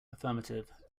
affirmative